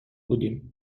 بودیم